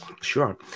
Sure